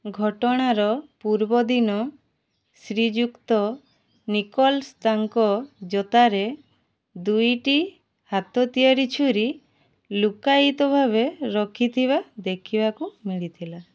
ଘଟଣାର ପୂର୍ବ ଦିନ ଶ୍ରୀଯୁକ୍ତ ନିକୋଲ୍ସ୍ ତାଙ୍କ ଜୋତାରେ ଦୁଇଟି ହାତ ତିଆରି ଛୁରୀ ଲୁକ୍କାୟିତ ଭାବେ ରଖିଥିବା ଦେଖିବାକୁ ମିଳିଥିଲା